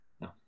No